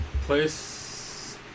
place